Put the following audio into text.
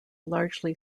largely